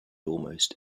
almost